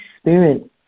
Spirit